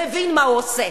מבין מה הוא עושה.